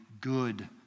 good